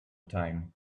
time